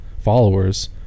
followers